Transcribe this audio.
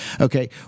Okay